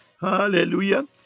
Hallelujah